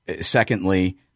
secondly